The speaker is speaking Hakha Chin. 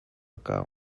kau